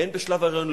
הן בשלב ההיריון,